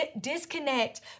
disconnect